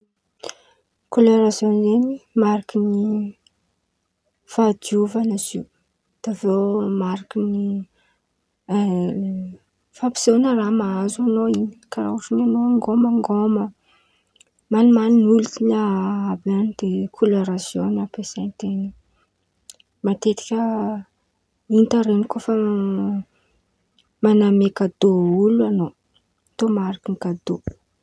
Kolera zôny zen̈y mariky ny fahadiovan̈a izy io, de avy eo mariky ny fampisehoan̈a raha mahazo an̈ao in̈y karàha ôhatra an̈ao ngômangôma, man̈iman̈iny olo laha àby an̈y de kolera zôny ampiasan̈a ten̈a, matetika hita ren̈y kô fa man̈amia kadô olo an̈ao, atao mariky ny kadô.